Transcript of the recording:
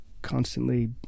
constantly